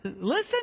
Listen